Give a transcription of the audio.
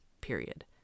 period